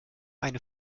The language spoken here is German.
eine